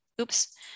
oops